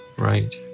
Right